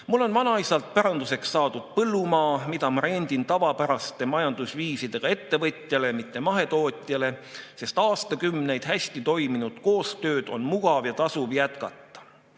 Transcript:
Mul on vanaisalt päranduseks saadud põllumaa, mida ma rendin tavapäraste majandamisviisidega ettevõtjale, mitte mahetootjatele, sest aastakümneid hästi toiminud koostööd on mugav ja tasuv jätkata.